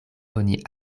oni